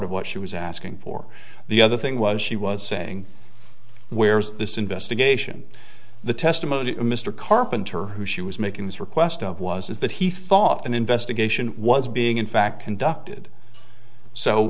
of what she was asking for the other thing was she was saying where's this investigation the testimony of mr carpenter who she was making this request of was is that he thought an investigation was being in fact conducted so